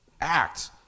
act